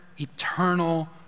eternal